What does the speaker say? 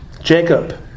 Jacob